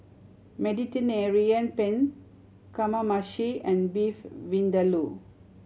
Mediterranean Penne Kamameshi and Beef Vindaloo